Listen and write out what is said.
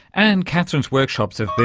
and katherine's workshops have